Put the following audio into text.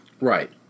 Right